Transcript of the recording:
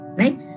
right